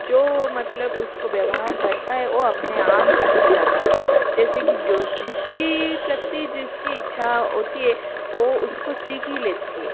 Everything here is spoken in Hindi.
जो मतलब उसको व्यवहार करता है वो अपने आप ही सीख जाता है जैसे की जोश जिसकी प्रति जिसकी इच्छा होती है वो उसको सीख ही लेती है